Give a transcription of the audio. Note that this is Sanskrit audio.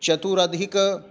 चतुरधिक